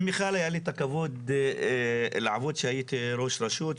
עם מיכל היה לי את הכבוד לעבוד כשהייתי ראש רשות,